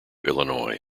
illinois